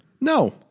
No